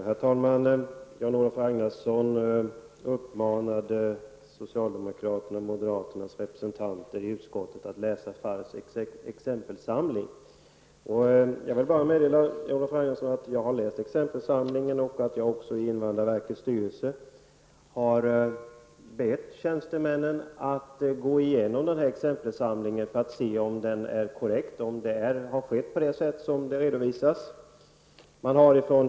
Herr talman! Jan-Olof Ragnarsson uppmanade socialdemokraternas och moderaternas representanter i utskottet att läsa FARRs exempelsamling. Jag har läst exempelsamlingen, Jan-Olof Ragnarsson, och jag har också i invandrarverkets styrelse bett tjänstemännen att gå igenom exempelsamlingen för att se om den är korrekt och om vad som redovisas har skett.